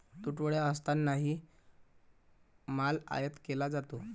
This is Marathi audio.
तुटवडा असतानाही माल आयात केला जातो